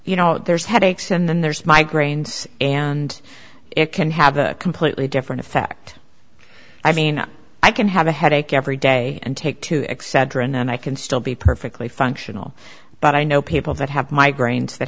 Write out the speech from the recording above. you know there's headaches and then there's migraines and it can have a completely different effect i mean i can have a headache every day and take two excedrin and i can still be perfectly functional but i know people that have migraines that